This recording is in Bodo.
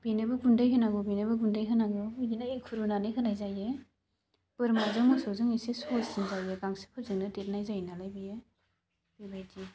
बेनोबो गुन्दै होनांगौ बेनोबो गुन्दै होनांगौ बिदिनो एंखुर रुनानै होनाय जायो बोरमाजों मोसौजों एसे सहजसिन जायो गांसोफोरजोंनो देरनाय जायो नालाय बियो बेबायदि